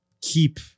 keep